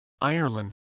Ireland